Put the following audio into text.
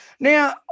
Now